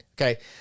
okay